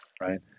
right